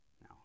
now